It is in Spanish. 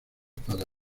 para